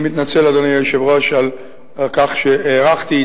אני מתנצל, אדוני היושב-ראש, על כך שהארכתי.